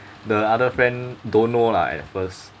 the other friend don't know lah at first